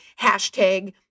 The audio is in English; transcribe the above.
hashtag